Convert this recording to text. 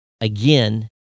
again